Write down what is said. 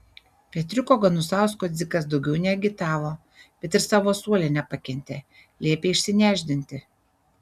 petriuko ganusausko dzikas daugiau neagitavo bet ir savo suole nepakentė liepė išsinešdinti